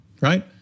Right